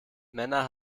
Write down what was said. männer